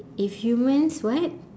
if humans what